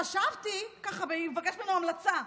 חשבתי, ככה, והיא מבקשת ממנו המלצה.